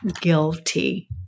guilty